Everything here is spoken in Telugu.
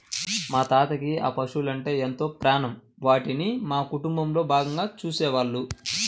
మా తాతకి ఆ పశువలంటే ఎంతో ప్రాణం, వాటిని మా కుటుంబంలో భాగంగా చూసేవాళ్ళు